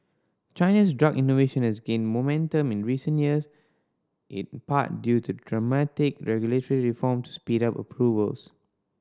China's drug innovation has gained momentum in recent years in part due to dramatic regulatory reforms to speed up approvals